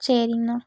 சரிங்கண்ணா